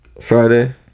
Friday